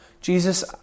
Jesus